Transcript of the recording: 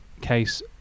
case